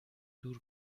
دور